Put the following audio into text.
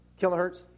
kilohertz